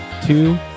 two